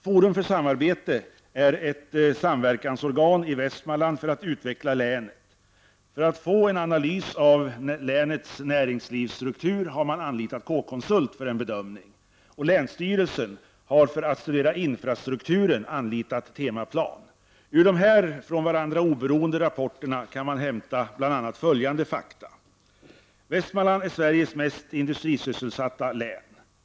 Forum för samarbete är ett samverkansorgan i Västmanland för att utveckla länet. För att få en analys av länets näringslivsstruktur har man anlitat K-konsult för en bedömning. Länsstyrelsen har anlitat Temaplan för att studera infrastrukturen. Ur de från varandra oberoende rapporterna kan man hämta bl.a. följande fakta. Västmanland är Sveriges mest industrisysselsatta län.